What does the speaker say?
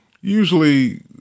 Usually